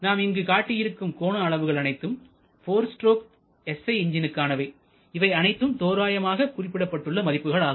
நாம் இங்கு காட்டியிருக்கும் கோண அளவுகள் அனைத்தும் 4 ஸ்ட்ரோக் SI என்ஜின்களுக்கானவைஇவை அனைத்தும் தோராயமாக குறிப்பிடப்பட்டுள்ள மதிப்புகளாகும்